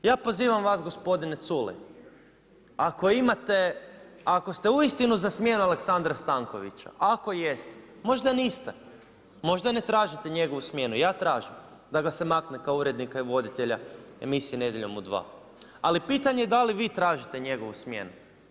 Ja pozivam vas gospodine Culej, ako ste uistinu za smjenu Aleksandra Stankovića, ako jeste, možda niste, možda ne tražite njegovu smjenu, ja tražim da ga se makne kao urednika i voditelja emisije Nedjeljom u 2. Ali pitanje je da li vi tražite njegovu smjenu.